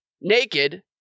naked